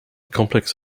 complex